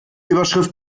überschrift